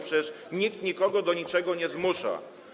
Przecież nikt nikogo do niczego nie zmusza.